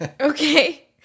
Okay